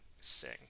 sing